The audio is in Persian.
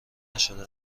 نشده